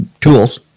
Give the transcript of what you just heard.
Tools